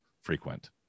frequent